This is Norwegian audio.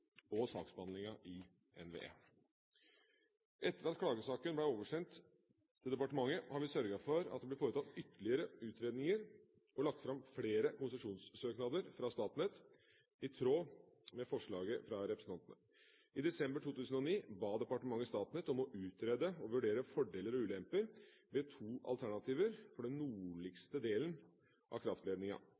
og saksbehandlingen i NVE. Etter at klagesaken ble oversendt til departementet, har vi sørget for at det blir foretatt ytterligere utredninger og lagt fram flere konsesjonssøknader fra Statnett, i tråd med forslaget fra representantene. I desember 2009 ba departementet Statnett om å utrede og vurdere fordeler og ulemper ved to alternativer for den nordligste delen av